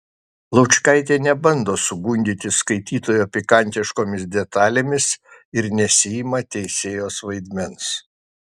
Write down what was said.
laučkaitė nebando sugundyti skaitytojo pikantiškomis detalėmis ir nesiima teisėjos vaidmens